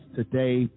today